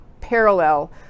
parallel